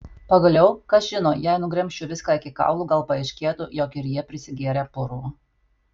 pagaliau kas žino jei nugremžčiau viską iki kaulų gal paaiškėtų jog ir jie prisigėrę purvo